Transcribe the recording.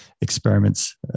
experiments